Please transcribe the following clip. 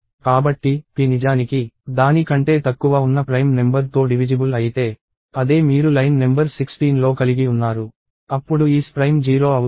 కాబట్టి p నిజానికి దాని కంటే తక్కువ ఉన్న ప్రైమ్ నెంబర్ తో డివిజిబుల్ అయితే అదే మీరు లైన్ నెంబర్ 16 లో కలిగి ఉన్నారు అప్పుడు ఈస్ ప్రైమ్ 0 అవుతుంది